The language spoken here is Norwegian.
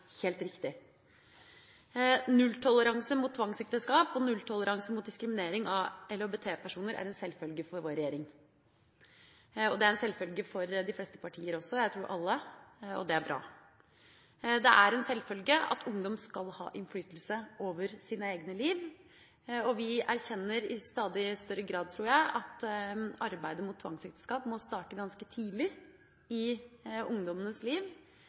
helt riktig. Nulltoleranse mot tvangsekteskap og nulltoleranse mot diskriminering av LHBT-personer er en selvfølge for vår regjering. Det er en selvfølge for de fleste partier også – jeg tror alle – og det er bra. Det er en selvfølge at ungdom skal ha innflytelse over sine egne liv, og vi erkjenner i stadig større grad, tror jeg, at arbeidet mot tvangsekteskap må starte ganske tidlig i ungdommenes liv,